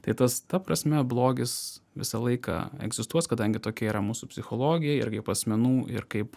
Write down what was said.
tai tas ta prasme blogis visą laiką egzistuos kadangi tokia yra mūsų psichologija ir kaip asmenų ir kaip